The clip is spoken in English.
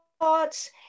thoughts